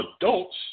adults